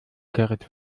gerrit